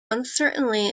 uncertainly